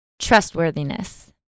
Trustworthiness